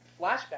flashback